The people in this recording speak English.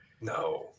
No